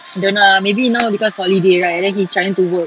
don't know ah maybe now because holiday right then he's trying to work